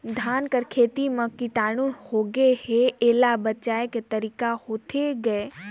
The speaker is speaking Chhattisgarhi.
धान कर खेती म कीटाणु होगे हे एला बचाय के तरीका होथे गए?